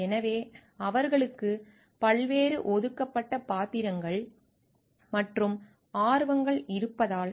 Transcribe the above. எனவே அவர்களுக்கு பல்வேறு ஒதுக்கப்பட்ட பாத்திரங்கள் மற்றும் ஆர்வங்கள் இருப்பதால்